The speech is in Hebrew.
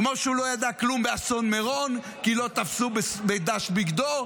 כמו שהוא לא ידע כלום באסון מירון כי לא תפסו בדש בגדו,